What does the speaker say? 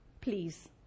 Please